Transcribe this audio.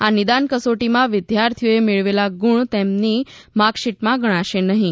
આ નિદાન કસોટીમાં વિદ્યાર્થીઓએ મેળવેલા ગુણ તેમની માર્કશીટમાં ગણાશે નહીં